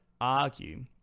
argue